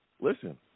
listen